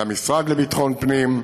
למשרד לביטחון פנים,